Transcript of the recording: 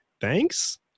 thanks